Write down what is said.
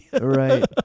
Right